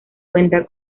cuenta